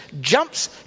jumps